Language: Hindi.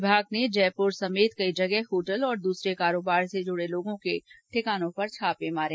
विभाग ने राज्य में जयपुर समेत कई जगह होटल और दूसरे कारोबारों से जुड़े लोगों के ठिकानों पर छापे मारे